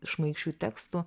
šmaikščių tekstų